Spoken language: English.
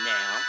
Now